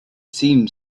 seemed